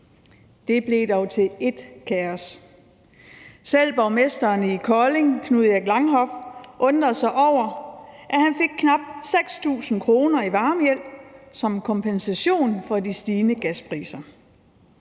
Det blev dog til et kaos. Selv borgmesteren i Kolding, Knud Erik Langhoff, undrede sig over, at han fik knap 6.000 kr. i varmehjælp som kompensation for de stigende gaspriser.